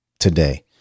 Today